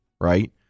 Right